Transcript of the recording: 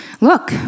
Look